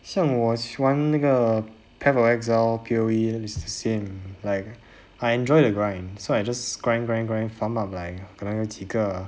像我喜欢那个 path of exile P_O_E same like I enjoy the grind so I just grind grind grind farm up like 那个几个